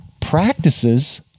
practices